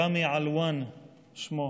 רמי עלואן שמו,